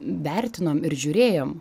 vertinom ir žiūrėjom